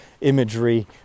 imagery